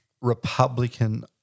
Republican